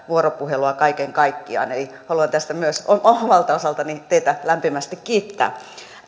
vuoropuhelua kaiken kaikkiaan eli haluan tästä myös omalta osaltani teitä lämpimästi kiittää